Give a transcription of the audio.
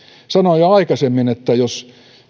sanoin jo aikaisemmin että jos